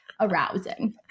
arousing